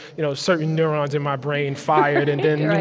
you know certain neurons in my brain fired. and then,